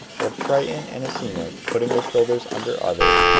while triton and a sea-nymph, putting their shoulders under others,